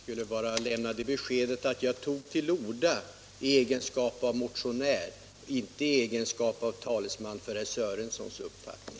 Herr talman! Jag skulle bara lämna beskedet att jag tog till orda i egenskap av motionär, inte som talesman för herr Sörensons uppfattning.